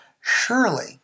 surely